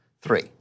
three